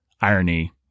irony